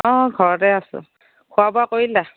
অ' ঘৰতে আছোঁ খোৱা বোৱা কৰিলা